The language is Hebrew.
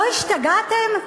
לא השתגעתם?